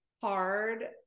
hard